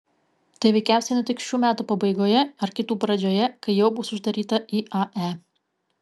tai veikiausiai nutiks šių metų pabaigoje ar kitų pradžioje kai jau bus uždaryta iae